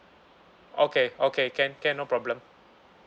okay okay can can no problem